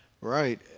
Right